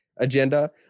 agenda